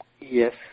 Yes